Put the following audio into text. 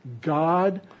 god